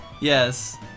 Yes